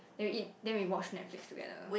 then we eat then we watch Netflix together